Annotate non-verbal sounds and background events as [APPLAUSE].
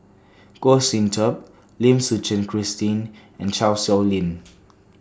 Goh Sin Tub Lim Suchen Christine and Chan Sow Lin [NOISE]